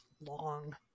long